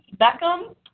Beckham